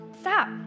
Stop